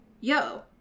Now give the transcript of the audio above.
yo